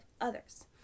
others